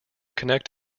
connect